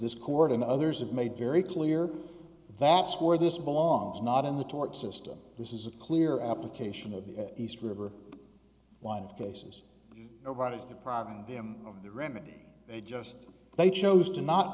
this court and others have made very clear that's where this belongs not in the tort system this is a clear application of the east river line of cases nobody is depriving them of the remedy they just they chose to not